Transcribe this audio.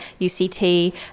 UCT